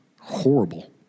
Horrible